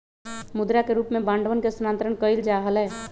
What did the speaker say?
मुद्रा के रूप में बांडवन के स्थानांतरण कइल जा हलय